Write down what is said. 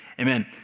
Amen